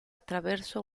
attraverso